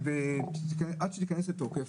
עד שייכנס לתוקף,